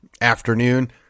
afternoon